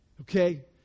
okay